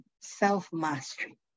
self-mastery